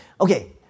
Okay